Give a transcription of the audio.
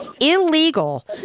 illegal